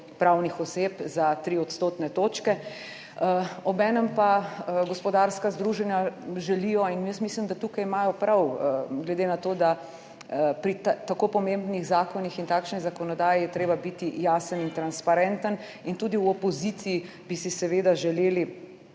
pravnih oseb za 3 odstotne točke. Obenem pa gospodarska združenja želijo, in jaz mislim da tukaj imajo prav, glede na to, da pri tako pomembnih zakonih in takšni zakonodaji, je treba biti jasen in transparenten in tudi v opoziciji bi si seveda želeli,